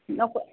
okay